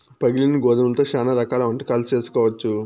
పగిలిన గోధుమలతో శ్యానా రకాల వంటకాలు చేసుకోవచ్చు